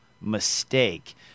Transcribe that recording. mistake